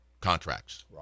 contracts